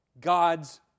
God's